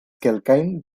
kelkajn